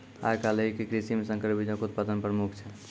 आइ काल्हि के कृषि मे संकर बीजो के उत्पादन प्रमुख छै